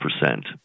percent